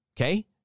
okay